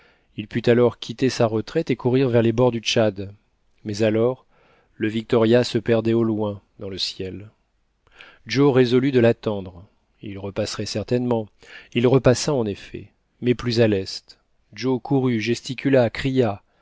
il put alors quitter sa retraite et courir vers les bords du tchad mais alors le victoria se perdait au loin dans le ciel joe résolut de l'attendre il repasserait certainement il repassa en effet mais plus à l'est joe courut gesticula cria